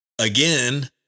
Again